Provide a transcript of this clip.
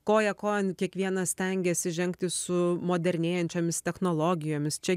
koja kojon kiekvienas stengiasi žengti su modernėjančiomis technologijomis čia